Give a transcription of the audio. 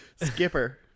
skipper